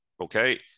Okay